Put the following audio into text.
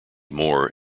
more